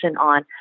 on